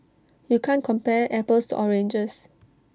you can't compare apples to oranges